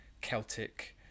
Celtic